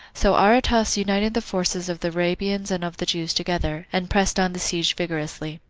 so aretas united the forces of the arabians and of the jews together, and pressed on the siege vigorously.